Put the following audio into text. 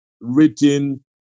written